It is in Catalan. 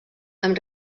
amb